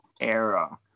era